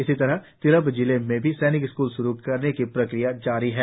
इसी तरह तिराप जिले में भी सैनिक स्कूल शुरु करने की प्रक्रिया जारी है